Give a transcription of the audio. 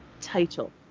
Title